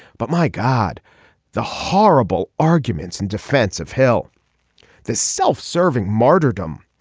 but my god the horrible arguments in defense of hill the self-serving martyrdom.